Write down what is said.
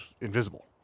invisible